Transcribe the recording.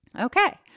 Okay